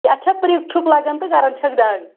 اَتھ چھےٚ پِرٛک ٹھُک لَگَان تہٕ کَران چھَکھ دگ